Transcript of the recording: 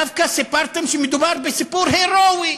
דווקא סיפרתם שמדובר בסיפור הירואי,